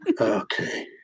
okay